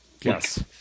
Yes